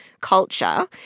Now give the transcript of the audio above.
culture